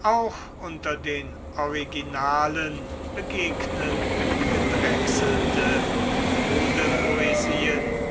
auch unter den originalen begegnen gedrechselte modepoesien